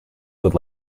would